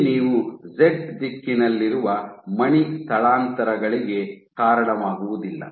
ಇಲ್ಲಿ ನೀವು ಜೆಡ್ ದಿಕ್ಕಿನಲ್ಲಿರುವ ಮಣಿ ಸ್ಥಳಾಂತರಗಳಿಗೆ ಕಾರಣವಾಗುವುದಿಲ್ಲ